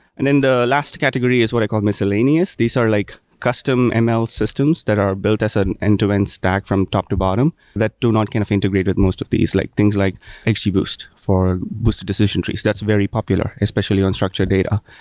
and then the last category is what i call miscellaneous. these are like custom and ml systems that are built as an end to end stack from top to bottom that do not kind of integrate with most of these. like things like boost for boost decision trees. that's very popular, especially on structured data.